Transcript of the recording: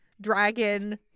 dragon